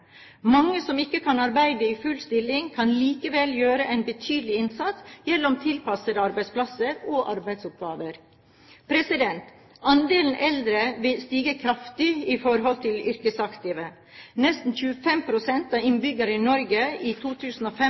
Mange som ikke kan arbeide i full stilling, kan likevel gjøre en betydelig innsats gjennom tilpassede arbeidsplasser og arbeidsoppgaver. Andelen eldre vil stige kraftig i forhold til yrkesaktive. Nesten 25 pst. av innbyggerne i Norge i